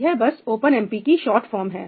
यह बस ओपनएमपी की शॉर्ट फॉर्म है